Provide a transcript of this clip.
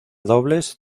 dobles